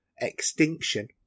Extinction